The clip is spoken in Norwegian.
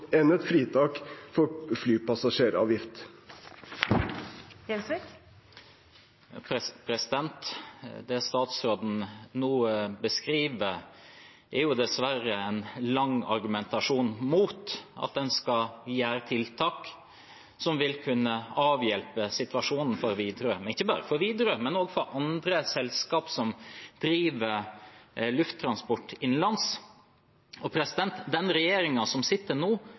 enn et fritak fra flypassasjeravgift. Det statsråden nå beskriver, er dessverre en lang argumentasjon mot at en skal sette inn tiltak som vil kunne avhjelpe situasjonen for Widerøe, og ikke bare for Widerøe, men også for andre selskap som driver lufttransport innenlands. Den regjeringen som sitter nå,